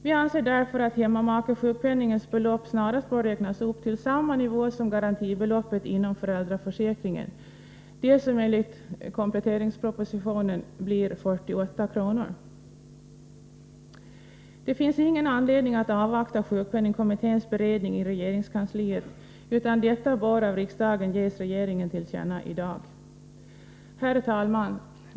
Vi anser därför att hemmamakesjukpenningens belopp snarast bör räknas upp till samma nivå som garantibeloppet inom föräldraförsäkringen — det som enligt kompletteringspropositionen blir 48 kr. Det finns ingen anledning att avvakta sjukpenningkommitténs beredning i regeringskansliet, utan denna uppfattning bör av riksdagen ges regeringen till känna i dag. Herr talman!